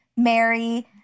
Mary